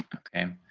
okay.